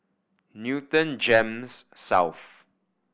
Newton GEMS South